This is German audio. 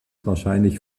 wahrscheinlich